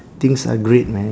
things are great man